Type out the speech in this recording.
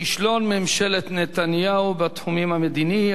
כישלון ממשלת נתניהו בתחום המדיני,